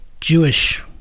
jewish